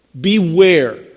beware